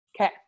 Okay